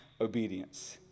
obedience